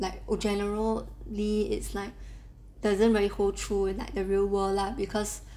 like a generally it's like doesn't really hold through like the real world lah because